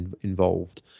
involved